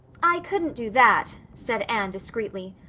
i couldn't do that, said anne discreetly,